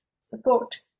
support